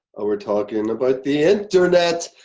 we're talking about the internet!